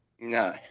No